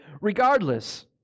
regardless